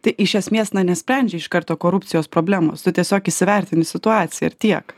tai iš esmės na nesprendžia iš karto korupcijos problemos tu tiesiog įsivertinti situaciją ir tiek